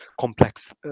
complex